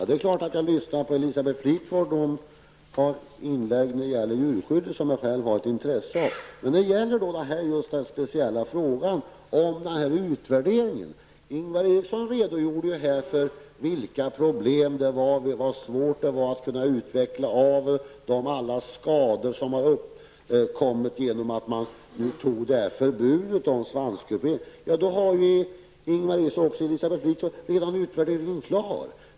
Fru talman! Självfallet lyssnar jag på Elisabeth Fleetwoods inlägg om djurskyddet, något som jag själv har intresse för. Men det gäller här en speciell fråga, nämligen utvärdering. Ingvar Eriksson redogjorde här för de problem som finns, hur svårt det var att utveckla aveln och alla skador som uppkommit genom att riksdagen fattat beslut om förbud mot svanskupering. Men Ingvar Eriksson och Elisabeth Fleetwood har redan utvärderingen klar.